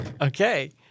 Okay